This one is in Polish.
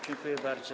Dziękuję bardzo.